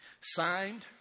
signed